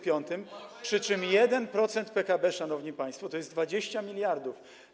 Przy czym 1% PKB, szanowni państwo, to jest 20 mld.